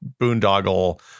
boondoggle